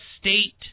state